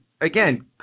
again